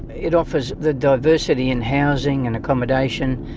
it offers the diversity in housing and accommodation,